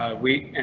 ah we and